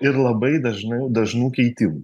ir labai dažnai dažnų keitimų